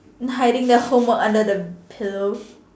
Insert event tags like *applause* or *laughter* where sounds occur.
hiding the homework under the pillow *noise*